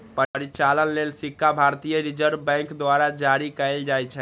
परिचालन लेल सिक्का भारतीय रिजर्व बैंक द्वारा जारी कैल जाइ छै